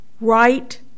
right